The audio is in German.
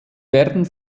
werden